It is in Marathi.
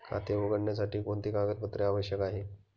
खाते उघडण्यासाठी कोणती कागदपत्रे आवश्यक आहे?